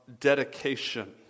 dedication